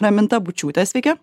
raminta bučiūte sveiki